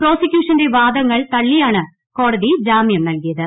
പ്രോസിക്യൂഷന്റെ വാദങ്ങൾ തള്ളിയാണ് കോടതി ജാമ്യം നൽകിയത്